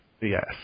Yes